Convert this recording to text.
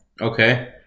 Okay